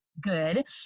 good